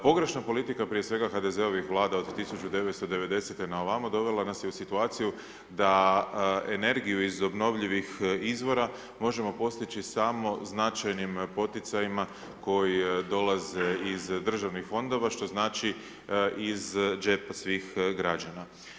Pogrešna politika prije svega HDZ-ovim vlada od 1990. na ovamo dovela nas je u situaciju da energiju iz obnovljivih izvora možemo postići samo značajnim poticajima koji dolaze iz državnih fondova što znači iz džepa svih građana.